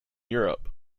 europe